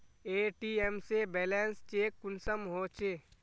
ATM से balance check कुंसम होचे?